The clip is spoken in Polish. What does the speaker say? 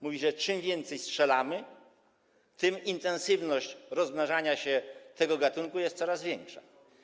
Mówi, że im więcej strzelamy, tym intensywność rozmnażania się tego gatunku jest większa.